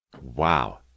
Wow